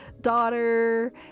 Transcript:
daughter